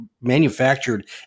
manufactured